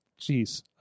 jeez